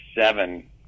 seven